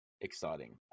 exciting